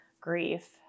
grief